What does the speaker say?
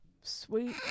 Sweet